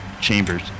chambers